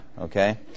okay